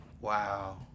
Wow